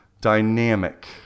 dynamic